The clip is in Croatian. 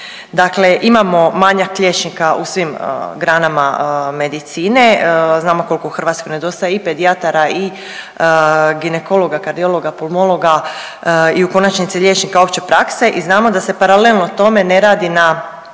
Dakle, imamo manjak liječnika u svim granama medicine. Znamo koliko Hrvatskoj nedostaje i pedijatara i ginekologa, kardiologa, pulmologa i u konačnici liječnika opće prakse. I znamo da se paralelno tome ne radi na